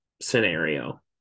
scenario